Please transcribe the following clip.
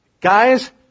Guys